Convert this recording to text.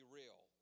real